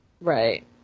Right